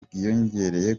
bwiyongereye